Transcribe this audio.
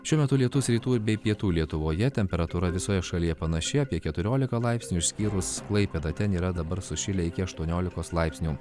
šiuo metu lietus rytų ir bei pietų lietuvoje temperatūra visoje šalyje panaši apie keturiolika laipsnių išskyrus klaipėdą ten yra dabar sušilę iki aštuoniolikos laipsnių